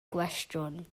gwestiwn